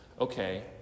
okay